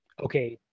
Okay